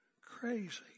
Crazy